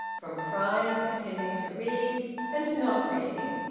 from pride pretending to read and not reading,